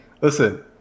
Listen